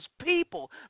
people